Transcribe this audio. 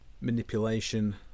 manipulation